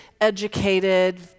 educated